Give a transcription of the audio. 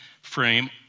frame